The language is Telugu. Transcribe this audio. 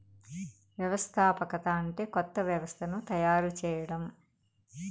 వ్యవస్థాపకత అంటే కొత్త వ్యవస్థను తయారు చేయడం